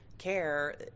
care